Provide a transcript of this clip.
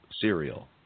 cereal